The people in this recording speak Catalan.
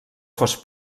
fos